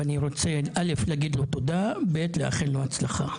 ואני רוצה להגיד לו תודה ולאחל לו הצלחה.